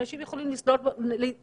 אנשים יכולים לשחות במסלול.